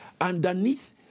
Underneath